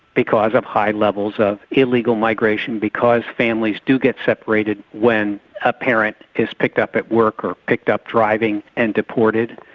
because of high levels of illegal migration, because families do get separated when a parent is picked up at work or picked up driving, and deported,